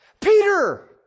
Peter